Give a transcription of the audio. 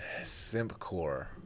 Simpcore